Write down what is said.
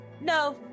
No